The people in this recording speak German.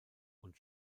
und